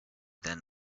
than